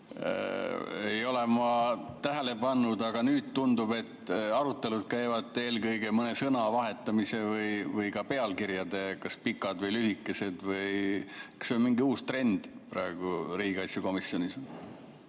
ei ole ma seda tähele pannud, aga nüüd tundub, et arutelud käivad eelkõige mõne sõna vahetamise või pealkirjade üle, kas need on pikad või lühikesed vms. Kas see on mingi uus trend praegu riigikaitsekomisjonis?